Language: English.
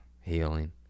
Healing